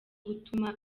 gutuma